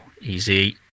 Easy